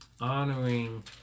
honoring